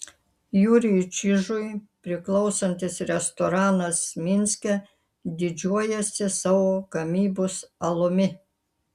jurijui čižui priklausantis restoranas minske didžiuojasi savo gamybos alumi